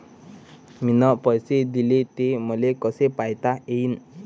मिन पैसे देले, ते मले कसे पायता येईन?